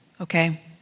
Okay